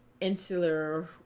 insular